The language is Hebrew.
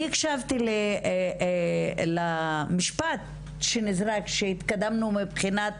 אני הקשבתי למשפט שנזרק שהתקדמנו מבחינת